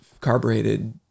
carbureted